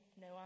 no